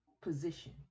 position